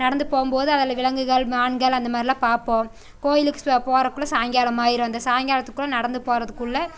நடந்து போவோம் நடந்து போகும்போது அதில் விலங்குகள் மான்கள் அந்த மாதிரில்லாம் பார்ப்போம் கோயிலுக்கு சுவா போகிறதுக்குள்ள சாயங்காலம் ஆயிடும் அந்த சாய்ங்காலத்துக்குள்ளே நடந்து போகிறதுக்குள்ள